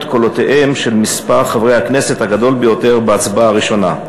קולותיהם של מספר חברי הכנסת הגדול ביותר בהצבעה הראשונה.